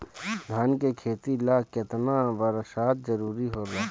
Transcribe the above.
धान के खेती ला केतना बरसात जरूरी होला?